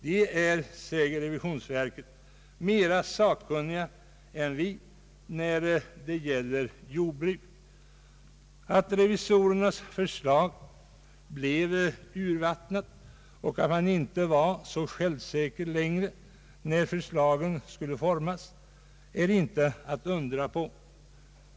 Det är, säger revisionsverket, mera sakkunnigt än vi när det gäller jordbruk. Att revisorernas förslag blev urvattnat och att man inte var så självsäker längre när förslagen skulle formas är inte att undra på.